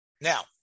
Now